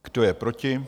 Kdo je proti?